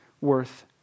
worth